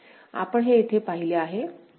आपण हे येथे पाहिले आहे